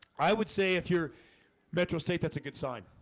i would say if you're metro state that's a good sign.